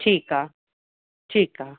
ठीकु आहे ठीकु आहे